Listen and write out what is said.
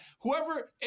whoever